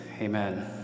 amen